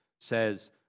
says